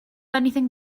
anything